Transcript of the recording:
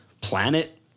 planet